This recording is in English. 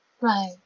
right